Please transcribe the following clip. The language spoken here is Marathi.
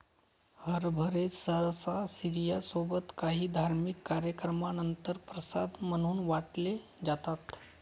हरभरे सहसा शिर्या सोबत काही धार्मिक कार्यक्रमानंतर प्रसाद म्हणून वाटले जातात